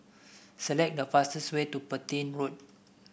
select the fastest way to Petain Road